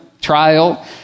trial